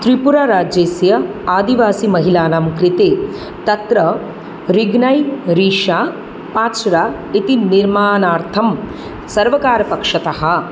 त्रिपुराराज्यस्य आदिवासीमहिलानां कृते तत्र रिग्नाई रीषा पाच्र इति निर्माणार्थं सर्वकारपक्षतः